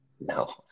No